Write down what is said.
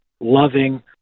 loving